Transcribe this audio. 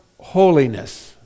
Holiness